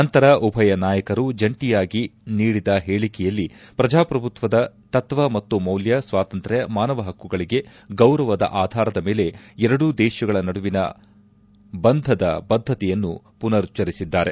ನಂತರ ಉಭಯ ನಾಯಕರು ಜಂಟಿಯಾಗಿ ನೀಡಿದ ಹೇಳಕೆಯಲ್ಲಿ ಪ್ರಜಾಪ್ರಭುತ್ವದ ತತ್ವ ಮತ್ತು ಮೌಲ್ಯ ಸ್ವಾತಂತ್ರ್ಯ ಮಾನವ ಹಕ್ಕುಗಳಿಗೆ ಗೌರವದ ಆಧಾರದ ಮೇಲೆ ಎರಡೂ ದೇಶಗಳ ನಡುವಿನ ಬಂಧದ ಬದ್ದತೆಯನ್ನು ಪುನರುಚ್ಚರಿಸಿದ್ದಾರೆ